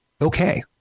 Okay